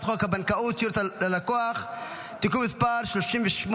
חוק הבנקאות (שירות ללקוח) (תיקון מס' 38)